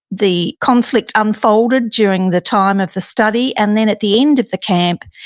the conflict unfolded during the time of the study. and then at the end of the camp,